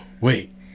wait